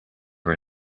for